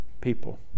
people